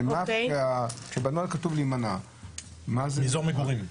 כן, כשבנוהל כתוב להימנע --- אזור מגורים.